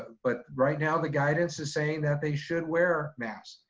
but right now, the guidance is saying that they should wear masks.